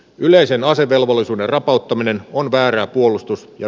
yleisen asevelvollisuuden rapautuminen on väärä puolustus ja